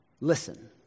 listen